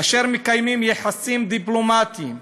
אשר מקיימים יחסים דיפלומטיים,